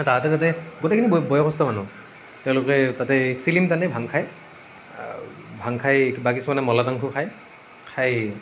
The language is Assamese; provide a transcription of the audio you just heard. তাহাঁতে তাতে গোটেইখিনি বয়সস্থ মানুহ তেওঁলোকে তাতে চিলিম টানে ভাং খায় ভাং খাই বা কিছুমানে মলা ভাঙো খায় খাই